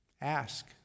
Ask